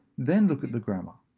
then look at the grammar.